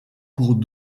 cours